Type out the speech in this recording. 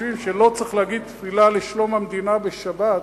שחושבים שלא צריך להגיד תפילה לשלום המדינה בשבת,